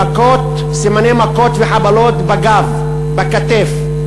סימני מכות וחבלות בגב, בכתף,